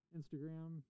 Instagram